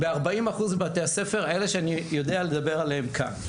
ב-40% מבתי הספר, אלה שאני יודע לדבר עליהם כאן.